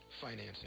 financing